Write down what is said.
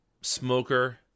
Smoker